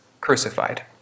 crucified